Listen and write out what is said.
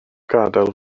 gadael